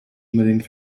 unbedingt